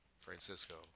Francisco